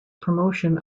promotion